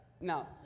no